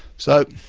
so,